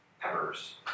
peppers